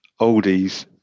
Oldies